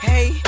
Hey